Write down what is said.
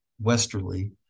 westerly